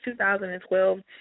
2012